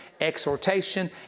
exhortation